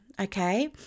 Okay